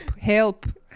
help